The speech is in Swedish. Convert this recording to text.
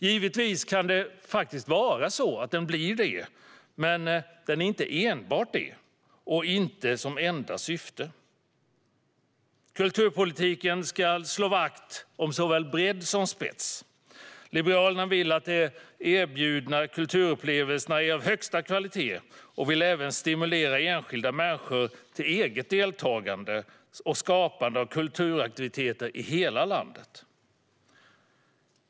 Givetvis kan det faktiskt vara så att den blir det, men den är inte enbart det och inte som enda syfte. Kulturpolitiken ska slå vakt om såväl bredd som spets. Liberalerna vill att de erbjudna kulturupplevelserna ska vara av högsta kvalitet och vill även stimulera enskilda människor till eget deltagande och skapande av kulturaktiviteter i hela landet.